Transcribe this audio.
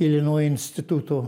ilinoj instituto